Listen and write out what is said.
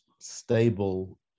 stable